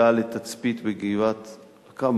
הגעה לתצפית בגבעת-הקרב,